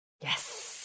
Yes